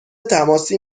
تماسی